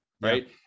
right